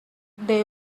they